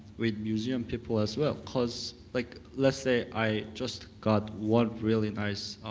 with museum people as well. cause like let's say i just got one really nice